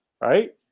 Right